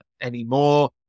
anymore